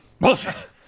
Bullshit